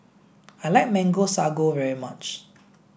I like Mango Sago very much